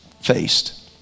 faced